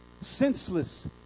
senseless